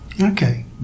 Okay